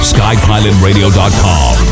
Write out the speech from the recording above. Skypilotradio.com